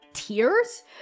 Tears